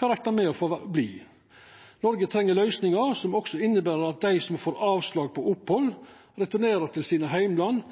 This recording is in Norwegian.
kan rekna med å få verta verande. Noreg treng løysingar som også inneber at dei som får avslag på opphald, returnerer til